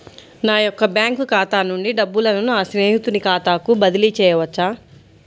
నా యొక్క బ్యాంకు ఖాతా నుండి డబ్బులను నా స్నేహితుని ఖాతాకు బదిలీ చేయవచ్చా?